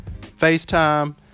FaceTime